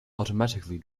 automatically